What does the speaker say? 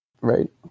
right